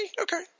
okay